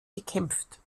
gekämpft